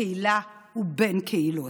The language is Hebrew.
בקהילה ובין קהילות.